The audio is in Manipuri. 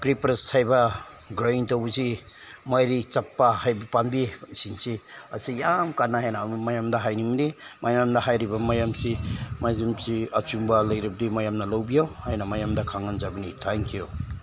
ꯀ꯭ꯔꯤꯄꯔꯁ ꯍꯥꯏꯕ ꯒ꯭ꯔꯥꯏꯟ ꯇꯧꯕꯁꯤ ꯃꯔꯤ ꯆꯠꯄ ꯍꯥꯏꯕ ꯄꯥꯝꯕꯤ ꯁꯤꯡꯁꯤ ꯑꯁꯤ ꯌꯥꯝ ꯀꯥꯟꯅꯩ ꯍꯥꯏꯅ ꯃꯌꯥꯝꯗ ꯍꯥꯏꯅꯤꯡꯂꯤ ꯃꯌꯥꯝꯅ ꯍꯥꯏꯔꯤꯕ ꯃꯌꯥꯝꯁꯤ ꯃꯌꯥꯝꯁꯤ ꯑꯆꯨꯝꯕ ꯂꯩꯔꯕꯗꯤ ꯃꯌꯥꯝꯅ ꯂꯧꯕꯤꯌꯣ ꯍꯥꯏꯅ ꯃꯌꯥꯝꯗ ꯈꯪꯍꯟꯖꯕꯅꯤ ꯊꯦꯡꯛ ꯌꯨ